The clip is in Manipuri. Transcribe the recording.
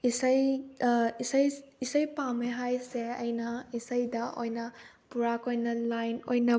ꯏꯁꯩ ꯏꯁꯩ ꯄꯥꯝꯃꯦ ꯍꯥꯏꯁꯦ ꯑꯩꯅ ꯏꯁꯩꯗ ꯑꯣꯏꯅ ꯄꯨꯔꯥ ꯑꯩꯏꯅ ꯂꯥꯏꯟ ꯑꯣꯏꯅ